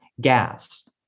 gas